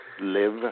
live